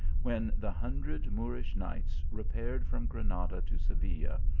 when the hundred moorish knights repaired from granada to seville,